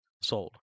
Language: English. sold